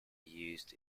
used